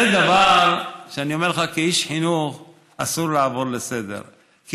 זה דבר שאני אומר לך כאיש חינוך: אסור לעבור על זה לסדר-היום,